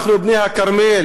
אנחנו בני הכרמל,